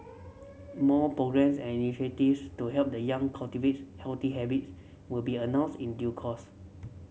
more programmes and initiatives to help the young cultivates healthy habits will be announced in due course